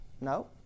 No